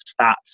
stats